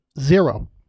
zero